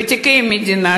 ותיקי המדינה,